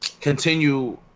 continue